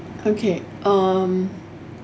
okay um